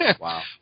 Wow